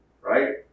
Right